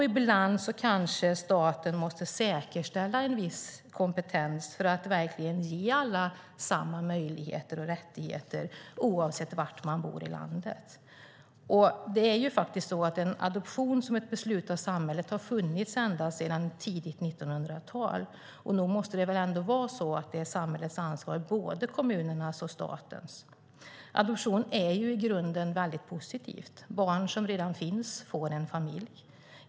Ibland kanske staten måste säkerställa en viss kompetens för att verkligen ge alla samma möjligheter och rättigheter oavsett var i landet man bor. Adoption som beslut av samhället har funnits ända sedan tidigt 1900-tal. Nog måste det väl ändå vara så att det är samhällets ansvar - både kommunernas och statens. Adoption är i grunden mycket positivt. Barn som redan finns får en familj.